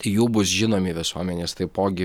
tai jų bus žinomi visuomenės taipogi